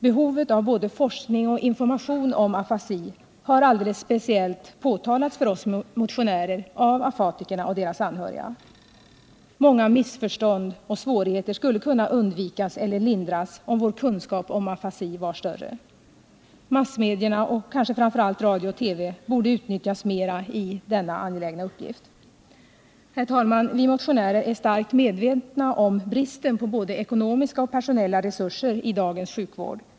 Behovet av både forskning och information om afasi har alldeles speciellt framhållits för oss motionärer av afatikerna och deras anhöriga. Många missförstånd och svårigheter skulle kunna undvikas eller lindras, om vår kunskap om afasi var större. Massmedierna — kanske framför allt radio och TV — borde utnyttjas mera i denna angelägna uppgift. Herr talman! Vi motionärer är starkt medvetna om bristen på både ekonomiska och personella resurser i dagens sjukvård.